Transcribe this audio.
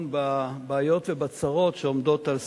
בבעיות ובצרות שעומדות על סדר-היום,